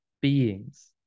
beings